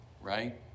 right